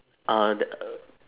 uh that uh